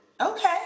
Okay